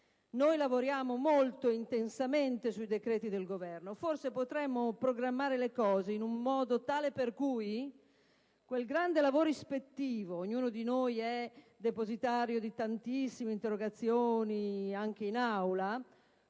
Noi lavoriamo molto intensamente sui decreti del Governo e, forse, potremmo programmare i nostri lavori in modo tale che quel grande lavoro ispettivo (perché ognuno di noi è depositario di tantissime interrogazioni, anche in Aula)